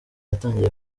cyatangiye